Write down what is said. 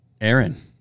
aaron